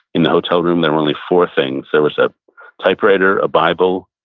in the hotel room, there were only four things. there was a typewriter, a bible,